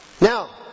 Now